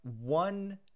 One